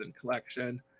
collection